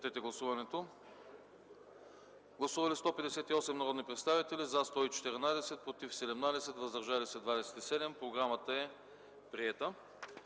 събрание. Гласували 158 народни представители: за 114, против 17, въздържали се 27. Програмата е приета.